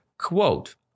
Quote